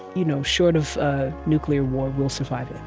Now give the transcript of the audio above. you know short of a nuclear war, we'll survive